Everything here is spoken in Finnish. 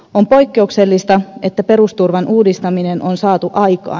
on poikkeuksellista että perusturvan uudistaminen on saatu aikaan